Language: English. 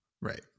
Right